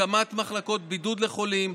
הקמת מחלקות בידוד לחולים,